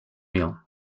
meal